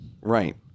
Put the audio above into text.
right